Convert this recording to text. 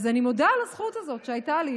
אז אני מודה על הזכות הזאת שהייתה לי.